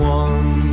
one